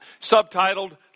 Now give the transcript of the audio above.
subtitled